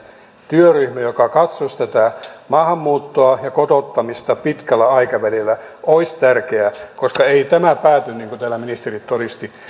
työryhmä joka katsoisi tätä maahanmuuttoa ja kotouttamista pitkällä aikavälillä olisi tärkeä koska ei tämä pääty niin kuin täällä ministerit todistivat